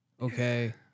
okay